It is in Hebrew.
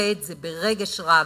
ביטא את זה ברגש רב,